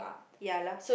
ya lah